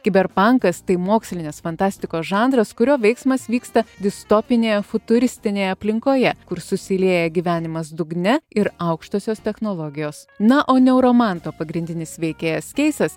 kiberpankas tai mokslinės fantastikos žanras kurio veiksmas vyksta distopinėje futuristinėje aplinkoje kur susilieja gyvenimas dugne ir aukštosios technologijos na o neuromanto pagrindinis veikėjas keisas